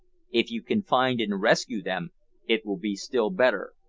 if you can find and rescue them it will be still better,